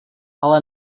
ale